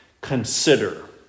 consider